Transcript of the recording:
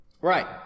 right